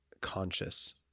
conscious